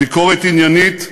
ביקורת עניינית,